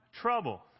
trouble